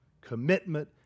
commitment